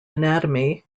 anatomy